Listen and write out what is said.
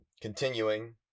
continuing